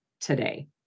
today